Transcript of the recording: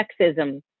sexism